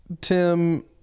Tim